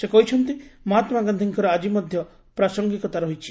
ସେ କହିଛନ୍ତି ମହାତ୍ନା ଗାଧୀଙ୍କ ଆଜି ମଧ୍ଧ ପ୍ରାସଙ୍ଗିକତା ରହିଛି